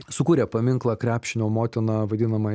sukūrė paminklą krepšinio motina vadinamąjį senąjį